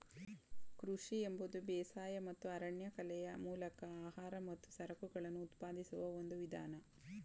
ಕೃಷಿ ಎಂಬುದು ಬೇಸಾಯ ಮತ್ತು ಅರಣ್ಯಕಲೆಯ ಮೂಲಕ ಆಹಾರ ಮತ್ತು ಸರಕುಗಳನ್ನು ಉತ್ಪಾದಿಸುವ ಒಂದು ವಿಧಾನ